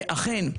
ואכן,